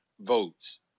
votes